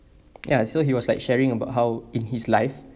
ya so he was like sharing about how in his life